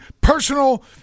personal